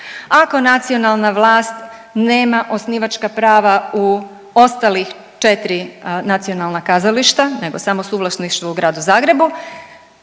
Ako nacionalna vlast nema osnivačka prava u ostalih 4 nacionalna kazališta nego samo suvlasništvo u Gradu Zagrebu